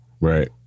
Right